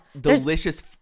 delicious